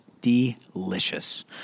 Delicious